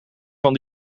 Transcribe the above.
van